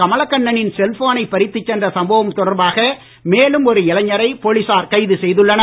கமலக் கண்ணனின் செல்போனை பறித்துச் சென்ற சம்பவம் தொடர்பாக மேலும் ஒரு இளைஞரை போலீசார் கைது செய்துள்ளனர்